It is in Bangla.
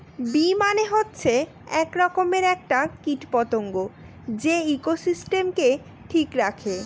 বী মানে হচ্ছে এক রকমের একটা কীট পতঙ্গ যে ইকোসিস্টেমকে ঠিক রাখে